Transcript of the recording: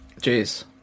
Jeez